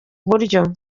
buryo